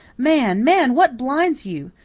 man, man, what blinds you?